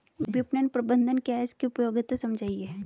विपणन प्रबंधन क्या है इसकी उपयोगिता समझाइए?